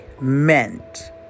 meant